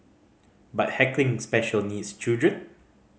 but heckling special needs children